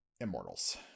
Immortals